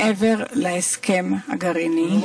מעבר להסכם הגרעין,